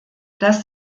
das